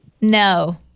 No